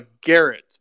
Garrett